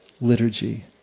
liturgy